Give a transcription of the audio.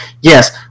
Yes